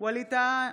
ווליד טאהא,